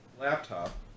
laptop